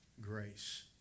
Grace